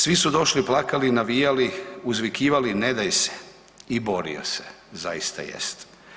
Svi su došli, plakali, navijali, uzvikivali „Ne daj se“ i borio se, zaista jest.